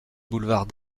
boulevard